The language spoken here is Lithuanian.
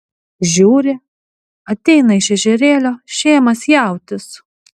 žiūri ateina iš ežerėlio šėmas jautis